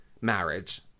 marriage